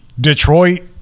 Detroit